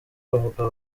bavuga